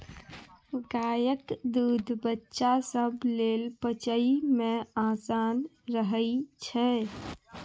गायक दूध बच्चा सब लेल पचइ मे आसान रहइ छै